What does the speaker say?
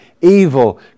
evil